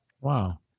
Wow